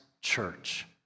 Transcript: church